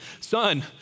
Son